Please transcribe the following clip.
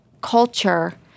culture